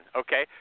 okay